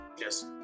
Yes